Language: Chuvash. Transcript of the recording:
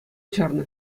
чарнӑ